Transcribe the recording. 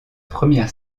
première